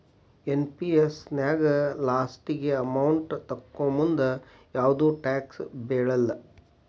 NPS ನ್ಯಾಗ ಲಾಸ್ಟಿಗಿ amount ತೊಕ್ಕೋಮುಂದ ಯಾವ್ದು ಟ್ಯಾಕ್ಸ್ ಬೇಳಲ್ಲ